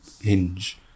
hinge